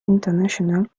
international